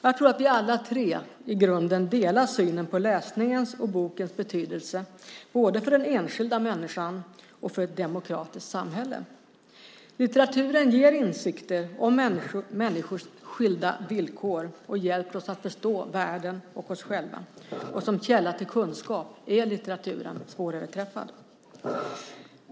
Jag tror att vi alla tre i grunden delar synen på läsningens och bokens betydelse både för den enskilda människan och för ett demokratiskt samhälle. Litteraturen ger insikter om människors skilda livsvillkor och hjälper oss att förstå världen och oss själva. Som källa till kunskap är litteraturen svåröverträffad.